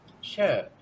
Sure